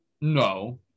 No